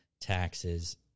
taxes